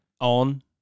On